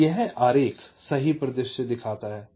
अब यह आरेख सही परिदृश्य दिखाता है